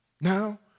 Now